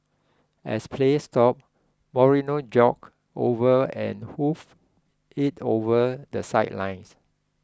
as play stopped Moreno jogged over and hoofed it over the sidelines